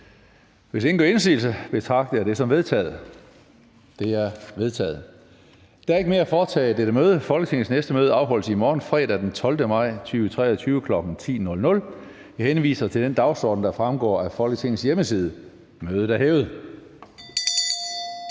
fra formanden Tredje næstformand (Karsten Hønge): Der er ikke mere at foretage i dette møde. Folketingets næste møde afholdes i morgen, fredag den 12. maj 2023, kl. 10.00. Jeg henviser til den dagsorden, der fremgår af Folketingets hjemmeside. Mødet er hævet.